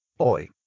Oi